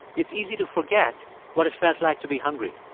it's easy to forget what it felt like to be hungry.